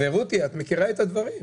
ורותי, את מכירה את הדברים.